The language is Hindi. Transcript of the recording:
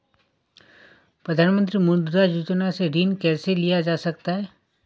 प्रधानमंत्री मुद्रा योजना से ऋण कैसे लिया जा सकता है?